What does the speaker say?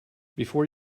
before